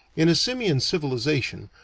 in a simian civilization,